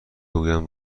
بگویم